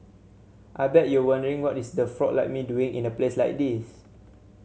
I bet you're wondering what is a frog like me doing in a place like this